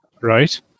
Right